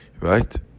right